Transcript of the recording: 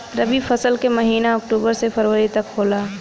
रवी फसल क महिना अक्टूबर से फरवरी तक होला